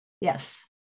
Yes